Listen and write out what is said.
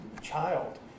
child